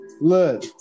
Look